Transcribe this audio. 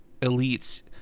elites